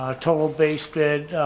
ah total base bid